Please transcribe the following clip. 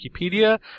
Wikipedia